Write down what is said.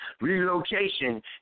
Relocation